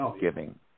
giving